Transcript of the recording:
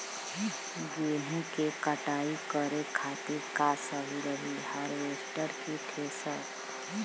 गेहूँ के कटाई करे खातिर का सही रही हार्वेस्टर की थ्रेशर?